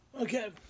Okay